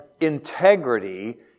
integrity